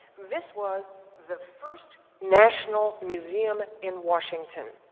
this was the first national museum in washington.